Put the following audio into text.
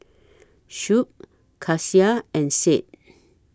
Shuib Kasih and Said